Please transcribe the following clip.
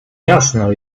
jasno